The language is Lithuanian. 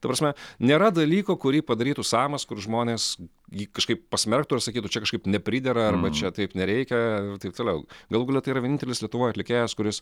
ta prasme nėra dalyko kurį padarytų samas kur žmonės jį kažkaip pasmerktų ir sakytų čia kažkaip nepridera arba čia taip nereikia ir taip toliau galų gale tai yra vienintelis lietuvoj atlikėjas kuris